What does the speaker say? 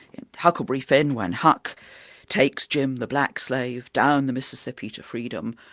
in huckleberry finn, when huck takes jim, the black slave, down the mississippi to freedom,